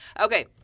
Okay